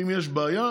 אם יש בעיה,